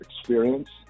experience